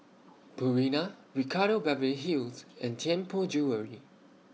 Purina Ricardo Beverly Hills and Tianpo Jewellery